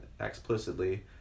explicitly